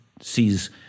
sees